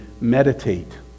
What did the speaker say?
meditate